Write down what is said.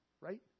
right